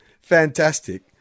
Fantastic